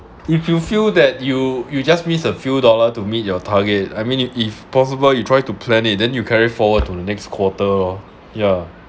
if you feel that you you just miss a few dollar to meet your target I mean if if possible you try to plan it then you carry forward to the next quarter lor yeah